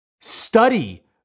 Study